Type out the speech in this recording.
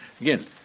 Again